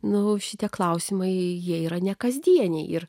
na šitie klausimai jie yra nekasdieniai ir